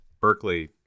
Berkeley